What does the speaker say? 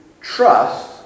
trust